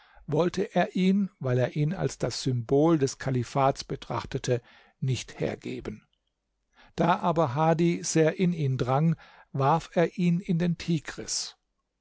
wollte er ihn weil er ihn als das symbol des kalifats betrachtete nicht hergeben da aber hadi sehr in ihn drang warf er ihn in den